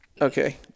Okay